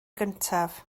gyntaf